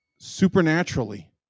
supernaturally